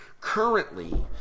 currently